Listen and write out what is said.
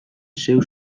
zeu